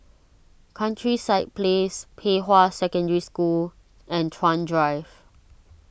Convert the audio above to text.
Countryside Place Pei Hwa Secondary School and Chuan Drive